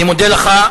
אני מודה לך.